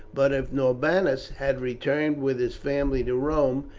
but if norbanus had returned with his family to rome,